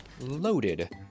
loaded